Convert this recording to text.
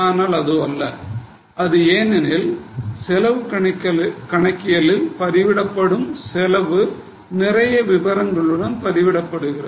ஆனால் அதுவல்ல அதனால் செலவு கணக்கியலில் பதிவிடப்படும் செலவு நிறைய விவரங்களுடன் பதிவிடப்படுகிறது